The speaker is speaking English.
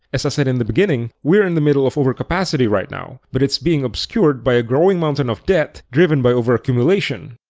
as i said in the beginning, we're in the middle of overcapacity right now, but it's being obscured by a growing mountain of debt driven by overaccumulation.